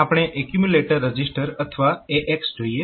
આપણે accumulator register અથવા AX જોઈએ